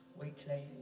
weekly